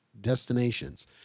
destinations